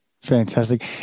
Fantastic